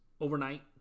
overnight